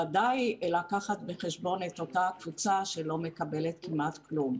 בוודאי לקחת בחשבון את הקבוצה שלא מקבלת כמעט כלום.